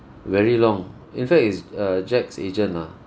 very long in fact it's uh jack's agent ah